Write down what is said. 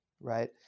Right